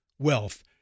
wealth